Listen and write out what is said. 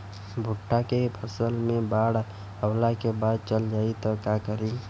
भुट्टा के फसल मे बाढ़ आवा के बाद चल जाई त का करी?